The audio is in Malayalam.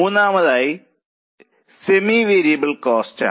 മൂന്നാമത്തേത് സെമി വേരിയബിൾ കോസ്റ്റാണ്